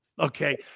Okay